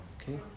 Okay